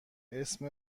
اسم